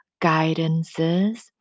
guidances